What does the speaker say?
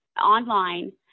online